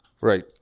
Right